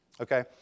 Okay